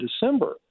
December